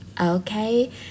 okay